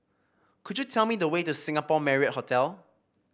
could you tell me the way to Singapore Marriott Hotel